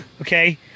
okay